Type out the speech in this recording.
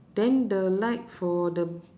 then the light for the